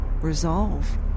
resolve